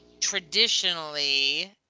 traditionally